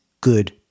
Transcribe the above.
good